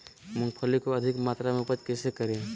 मूंगफली के अधिक मात्रा मे उपज कैसे करें?